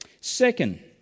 Second